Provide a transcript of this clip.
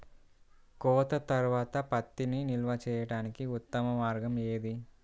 కోత తర్వాత పత్తిని నిల్వ చేయడానికి ఉత్తమ మార్గం ఏది?